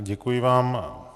Děkuji vám.